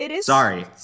Sorry